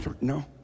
no